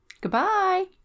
Goodbye